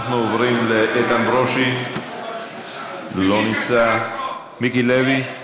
אנחנו עוברים לאיתן ברושי אינו נוכח, מיקי לוי,